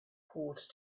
gold